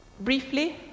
briefly